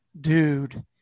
dude